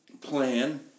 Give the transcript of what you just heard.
plan